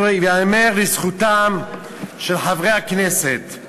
ייאמר לזכותם של חברי הכנסת,